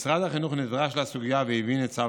משרד החינוך נדרש לסוגיה והבין את צו